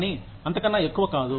కానీ అంతకన్నా ఎక్కువ కాదు